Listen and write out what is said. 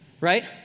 right